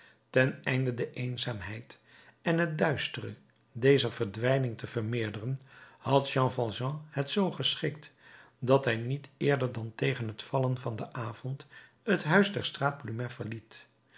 ten einde de eenzaamheid en het duistere dezer verdwijning te vermeerderen had valjean het zoo geschikt dat hij niet eerder dan tegen het vallen van den avond het huis der straat plumet verliet